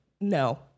No